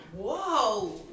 Whoa